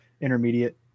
intermediate